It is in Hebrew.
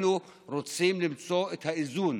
אנחנו רוצים למצוא את האיזון